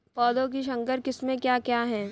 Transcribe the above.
पौधों की संकर किस्में क्या क्या हैं?